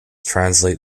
translate